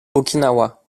okinawa